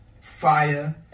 fire